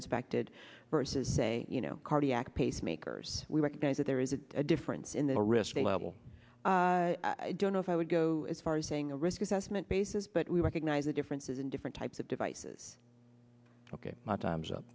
inspected versus say you know cardiac pacemakers we recognize that there is a difference in the risk level don't know if i would go as far as saying a risk assessment basis but we recognize the differences in different types of device says ok my time's up